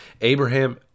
Abraham